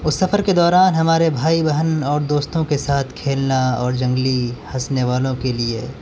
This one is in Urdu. اس سفر کے دوران ہمارے بھائی بہن اور دوستوں کے ساتھ کھیلنا اور جنگلی ہنسنے والوں کے لیے